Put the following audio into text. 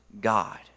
God